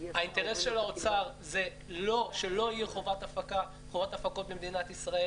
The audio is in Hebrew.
האינטרס של האוצר הוא שלא תהיה חובת הפקות במדינת ישראל.